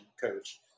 coach